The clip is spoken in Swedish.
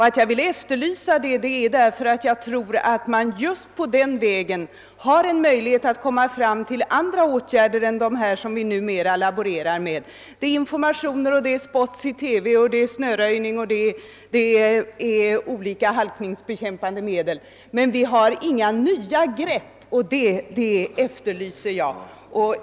Att jag efterlyser sådan forskning beror på att jag tror att man just på den vägen har en möjlighet att komma fram till andra åtgärder än dem vi för närvarande laborerar med: informationer, spots i TV, snöröjning och olika halkningsbekämpande medel. Men vi har inga nya grepp, och det är det jag efterlyser.